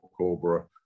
Cobra